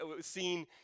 seen